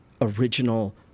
original